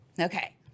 Okay